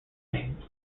names